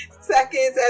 seconds